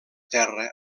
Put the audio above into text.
terra